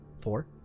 Four